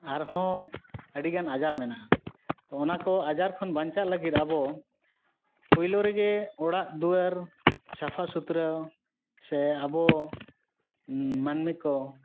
ᱟᱨᱦᱚᱸ ᱟ ᱰᱤᱜᱟᱱ ᱟᱡᱟᱨ ᱱᱮᱢᱟᱜᱼᱟ ᱛᱚ ᱚᱱᱟᱠᱚ ᱟᱡᱟᱨ ᱠᱷᱚᱱ ᱵᱟᱧᱪᱟᱜ ᱞᱟᱹᱜᱤᱫ ᱟᱵᱚ ᱯᱳᱭᱞᱳ ᱨᱮᱜᱮ ᱚᱲᱟᱜ ᱫᱩᱣᱟᱹᱨ ᱥᱟᱯᱷᱟ ᱥᱩᱛᱨᱟᱹᱣ ᱥᱮ ᱟᱵᱚ ᱢᱟᱹᱱᱢᱤ ᱠᱚ